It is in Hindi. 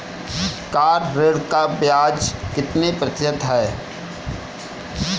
कार ऋण पर ब्याज कितने प्रतिशत है?